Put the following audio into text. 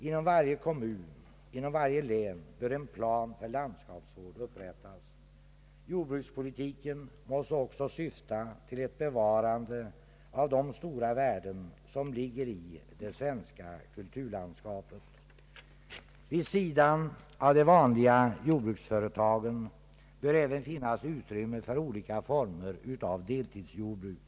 Inom varje kommun, inom varje län bör en plan för landskapsvård upprättas. Jordbrukspolitiken måste också syfta till ett bevarande av de stora värden som ligger i det svenska kulturlandskapet. Vid sidan av de vanliga jordbruksföretagen bör även finnas utrymme för olika former av deltidsjordbruk.